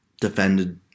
defended